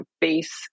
base